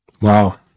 Wow